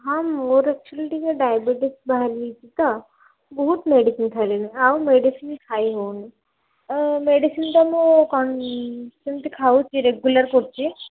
ହଁ ମୋର ଆକ୍ଚୁଆଲି ଟିକିଏ ଡାଇବେଟିସ୍ ବାହାରିଯାଇଛି ତ ବହୁତ ମେଡ଼ିସିନ୍ ଖାଇଲିଣି ଆଉ ମେଡ଼ିସିନ୍ ଖାଇହେଉନି ମେଡ଼ିସିନ୍ ତ ମୁଁ ସେମିତି ଖାଉଛି ରେଗୁଲାର୍ କରୁଛି